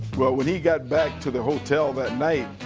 well, when he got back to the hotel that night,